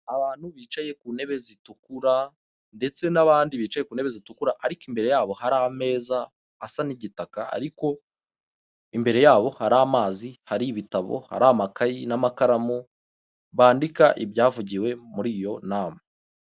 Abantu bicaye ku ntebe zitukura ndetse n'abandi bicaye ku ntebe zitukura ariko imbere yabo hari ameza asa n'igitaka ariko imbere yabo hari amazi, hari ibitabo, hari amakayi n'amakaramu bandika ibyavugiwe muri iyo nama.